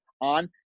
on